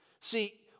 See